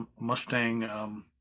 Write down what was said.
mustang